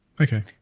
okay